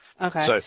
Okay